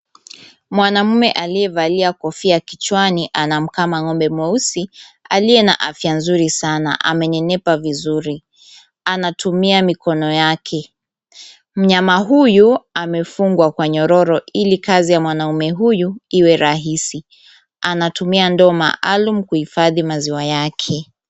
Mwanaume aliyevalia kofia kichwani anamkama ng'ombe mweusi aliye na afya nzuri sana. Amenenepa vizuri. Anatumia mikono yake. Mnyama huyu amefungwa kwa nyororo ili kazi ya mwanaume huyu iwe rahisi. Anatumia ndoo maalum kuhifadhi maziwa yake.